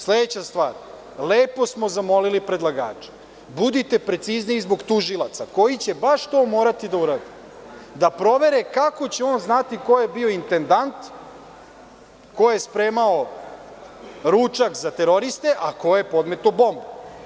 Sledeća stvar, lepo smo zamolili predlagača – budite precizniji zbog tužilaca koji će baš to morati da uradi, da provere kako će on znati ko je bio intendant, ko je spremao ručak za teroriste, a ko je podmetao bombu.